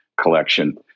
collection